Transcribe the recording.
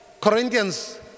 Corinthians